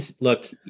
look